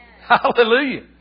Hallelujah